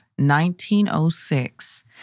1906